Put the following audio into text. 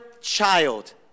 child